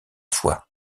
fois